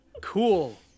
cool